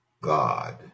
God